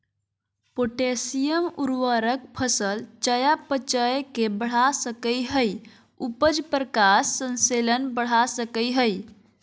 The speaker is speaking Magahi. पोटेशियम उर्वरक फसल चयापचय के बढ़ा सकई हई, उपज, प्रकाश संश्लेषण बढ़ा सकई हई